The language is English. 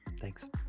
Thanks